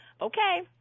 okay